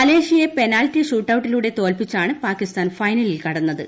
മലേഷ്യയെ penalty shoot ഔട്ടിലൂടെ തോൽപ്പിച്ചാണ് പാക്കിസ്ഥാൻ ഫൈനലിൽ കടന്നത്